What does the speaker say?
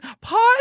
pause